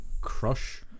crush